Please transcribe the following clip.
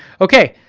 okay,